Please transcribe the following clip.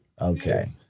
Okay